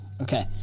Okay